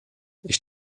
ich